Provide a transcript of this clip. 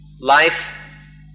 life